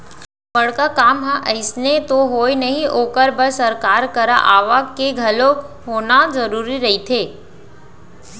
बड़का काम ह अइसने तो होवय नही ओखर बर सरकार करा आवक के घलोक होना जरुरी रहिथे